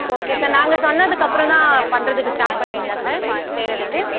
okay sir நாங்கள் சொன்னதுக்கப்புறம் தான் பண்ணுறதுக்கு ஸ்டார்ட் பண்ணுவீங்களா சார் செய்யிறதுக்கு